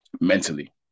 mentally